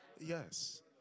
Yes